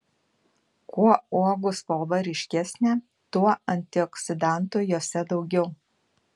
kuo uogų spalva ryškesnė tuo antioksidantų jose daugiau